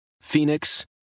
Phoenix